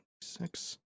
six